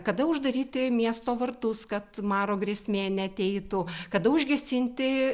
kada uždaryti miesto vartus kad maro grėsmė neateitų kada užgesinti